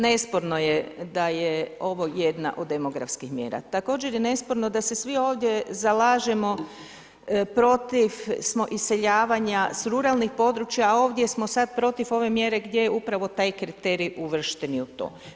Nesporno je da je ovo jedna od demografskih mjera, također je nesporno da se svi ovdje zalažemo protiv smo iseljavanja s ruralnih područja, a ovdje smo sada protiv ove mjere gdje je upravo taj kriterij uvršten i u to.